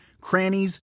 crannies